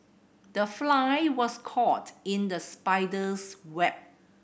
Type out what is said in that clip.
the fly was caught in the spider's web